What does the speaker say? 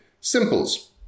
Simples